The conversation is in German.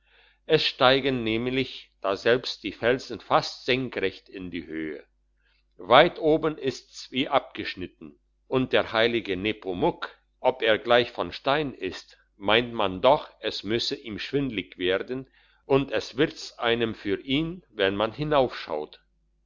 es steigen nämlich daselbst die felsen fast senkrecht in die höhe weit oben ist's wie abgeschnitten und der heilige nepomuk ob er gleich von stein ist meint man doch es müsse ihm schwindlig werden und es wird's einem für ihn wenn man hinaufschaut